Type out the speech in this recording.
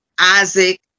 Isaac